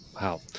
Wow